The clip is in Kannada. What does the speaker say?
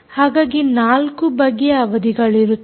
ಹಾಗಾಗಿ 4 ಬಗೆಯ ಅವಧಿಗಳಿರುತ್ತವೆ